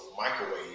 microwave